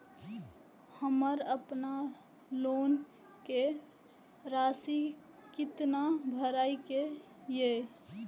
हमर अपन लोन के राशि कितना भराई के ये?